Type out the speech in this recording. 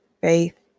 faith